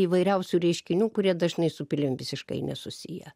įvairiausių reiškinių kurie dažnai su pilim visiškai nesusiję